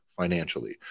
financially